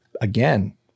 again